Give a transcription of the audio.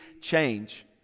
change